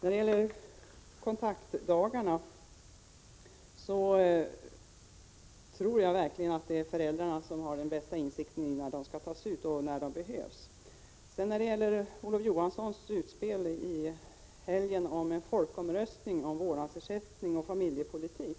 När det gäller kontaktdagarna tror jag faktiskt att föräldrarna har den bästa insikten i när de behöver ta ut dessa dagar. I fråga om Olof Johanssons utspel i helgen om en folkomröstning beträffande vårdnadsersättningen och familjepolitiken,